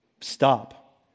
stop